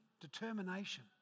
determination